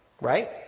Right